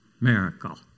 Miracle